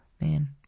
man